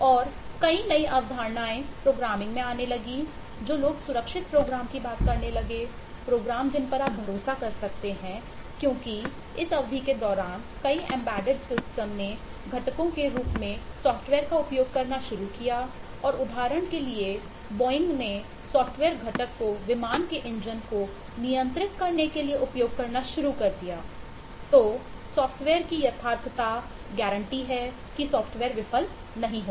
और कई नई अवधारणाएं प्रोग्रामिंग विफल नहीं होगा